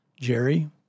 Jerry